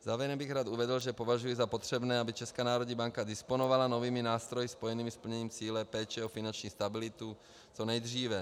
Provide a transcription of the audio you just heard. Závěrem bych rád uvedl, že považuji za potřebné, aby Česká národní banka disponovala novými nástroji spojenými s plněním cíle péče o finanční stabilitu co nejdříve.